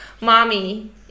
mommy